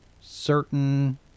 certain